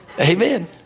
Amen